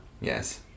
yes